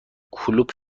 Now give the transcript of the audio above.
کلوپ